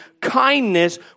Kindness